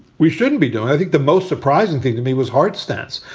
we shouldn't be doing. i think the most surprising thing to me was hard stance.